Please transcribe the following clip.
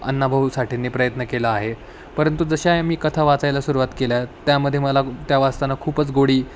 अण्णाभाऊ साठेंनी प्रयत्न केला आहे परंतु जशा या मी कथा वाचायला सुरूवात केल्या त्यामध्ये मला त्या वाचताना खूपच गोडी